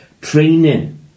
Training